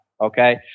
okay